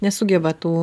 nesugeba tų